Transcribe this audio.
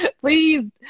please